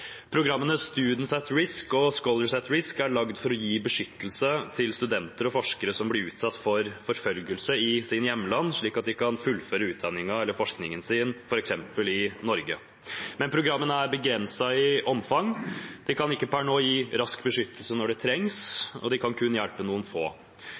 Programmene Students at Risk og Scholars at Risk er laget for å gi beskyttelse til studenter og forskere som blir utsatt for forfølgelse i sine hjemland, slik at de kan fullføre utdanningen eller forskningen sin, f.eks. i Norge. Men programmene er begrenset i omfang. De kan per nå ikke gi rask beskyttelse når det trengs, og de kan kun hjelpe noen få.